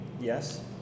Yes